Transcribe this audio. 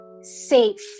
safe